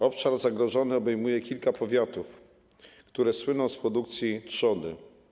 Obszar zagrożony obejmuje kilka powiatów, które słyną z produkcji trzody.